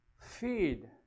feed